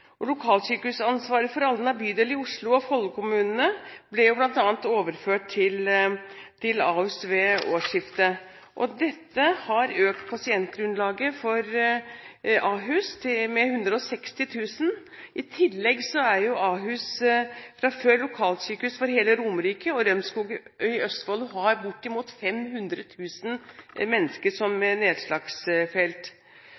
bekymring. Lokalsykehusansvaret for Alna bydel i Oslo og for Follo-kommunene ble bl.a. overført til Ahus ved årsskiftet. Dette har økt pasientgrunnlaget for Ahus med 160 000. I tillegg er Ahus fra før lokalsykehus for hele Romerike og Rømskog i Østfold og har bortimot 500 000 mennesker som